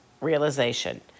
realization